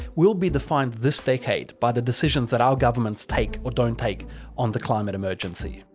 will be defined this decade by the decisions that our governments take or don't take on the climate emergency.